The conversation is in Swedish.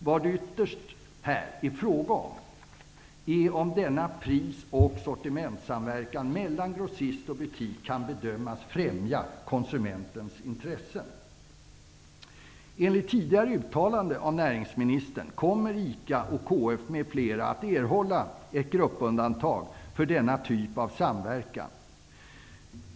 Vad det ytterst här är fråga om är om denna pris och soritmentsamverkan mellan grossist och butik kan bedömas främja konsumentens intressen. Enligt tidigare uttalanden av näringsministern kommer ICA, KF, m.fl. att erhålla ett gruppundantag för denna typ av samverkan.